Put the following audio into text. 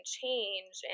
change